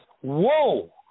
whoa